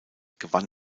gewann